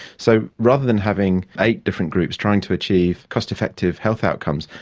so rather than having eight different groups trying to achieve cost-effective health outcomes,